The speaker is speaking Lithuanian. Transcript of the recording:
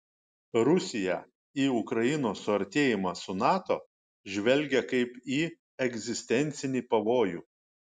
rusiją į ukrainos suartėjimą su nato žvelgia kaip į egzistencinį pavojų